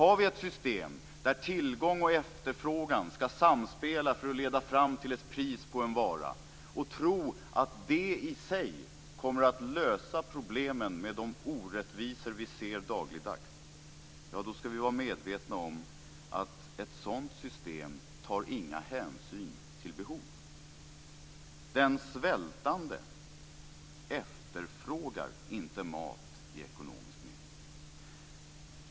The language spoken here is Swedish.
Har vi ett system där tillgång och efterfrågan skall samspela för att leda fram till ett pris på en vara och tror att det i sig kommer att lösa problemen med de orättvisor vi ser dagligdags, då skall vi vara medvetna om att ett sådant system inte tar några hänsyn till behov. Den svältande efterfrågar inte mat i ekonomisk mening.